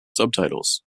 subtitles